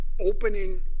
opening